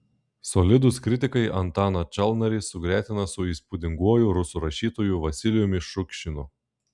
solidūs kritikai antaną čalnarį sugretina su įspūdinguoju rusų rašytoju vasilijumi šukšinu